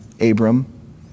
Abram